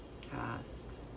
Cast